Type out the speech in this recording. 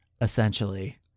Essentially